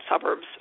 suburbs